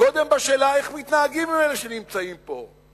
קודם בשאלה איך מתנהגים עם אלה שנמצאים פה,